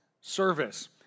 service